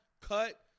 cut